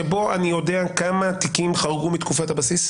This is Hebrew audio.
שבו אני יודע כמה תיקים חרגו מתקופת הבסיס?